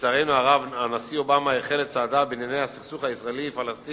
לצערנו הרב הנשיא אובמה החל את צעדיו בענייני הסכסוך הישראלי-פלסטיני